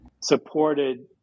supported